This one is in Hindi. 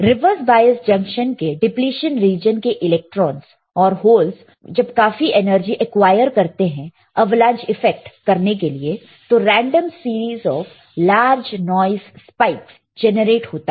रिवर्स बॉयस्ड जंक्शन के डिप्लीशन रीजन के इलेक्ट्रॉनस और होलस जब काफी एनर्जी एक्वायर करते हैं एवलांच इफैक्ट करने के लिए तो random series of large noise spikes generate होता है